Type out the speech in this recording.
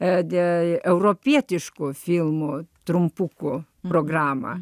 ede europietiškų filmų trumpukų programą